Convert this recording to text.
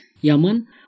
Yaman